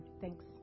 Thanks